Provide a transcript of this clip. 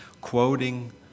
quoting